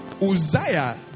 Uzziah